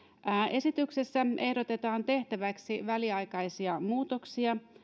esityksessä ehdotetaan tehtäväksi väliaikaisia muutoksia